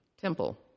temple